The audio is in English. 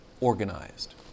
organized